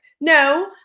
no